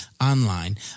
online